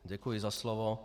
Děkuji za slovo.